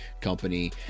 company